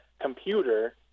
computer